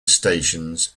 stations